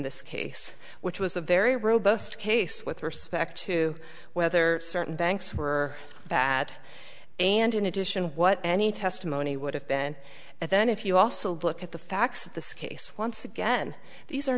this case which was a very robust case with respect to whether certain banks were bad and in addition what any testimony would have been and then if you also look at the facts of this case once again these are